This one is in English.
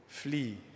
Flee